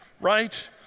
right